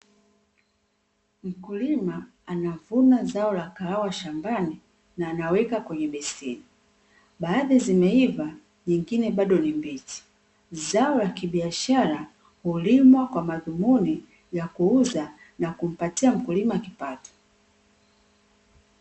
Mkulima anavuna zao la kahawa shambani na anaweka kwenye beseni baadhi zimeiva na nyingine bado ni mbichi, zao lakibiashara hulimwa kwa madhumuni ya kuuza nakumpatia mkulima kipato.